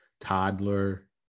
toddler